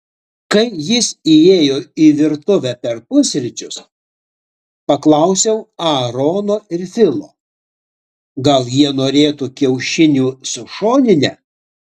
kai jis įėjo į virtuvę per pusryčius paklausiau aarono ir filo gal jie norėtų kiaušinių su šonine